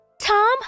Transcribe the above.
Tom